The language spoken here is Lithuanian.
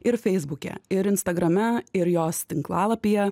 ir feisbuke ir instagrame ir jos tinklalapyje